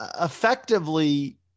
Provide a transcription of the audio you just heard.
effectively